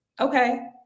okay